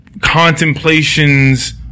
contemplations